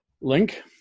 link